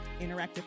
interactive